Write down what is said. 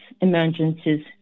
emergencies